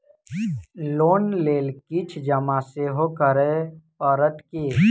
Loan लेल किछ जमा सेहो करै पड़त की?